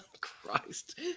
christ